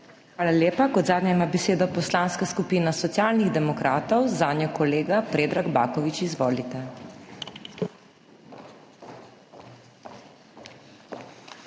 Hvala lepa. Kot zadnja ima besedo Poslanska skupina Socialnih demokratov, zanjo kolega Predrag Baković. Izvolite.